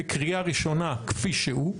לקריאה ראשונה כפי שהוא.